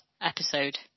episode